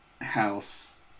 house